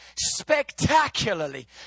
spectacularly